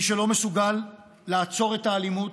מי שלא מסוגל לעצור את האלימות,